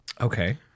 Okay